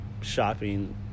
shopping